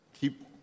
keep